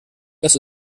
das